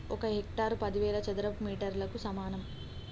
ఒక హెక్టారు పదివేల చదరపు మీటర్లకు సమానం